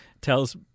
tells